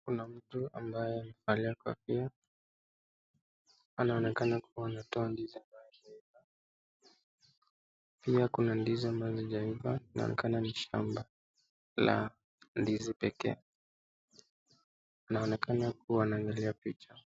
Kuna mtu ambaye amevalia kofia. Anaonekana ni kama anatoa ndizi ambayo imeiva. Pia kuna ndizi ambayo haijaiva. Inaonekana ni shamba la ndizi pekee. Inaonekana kua ni la